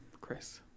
Chris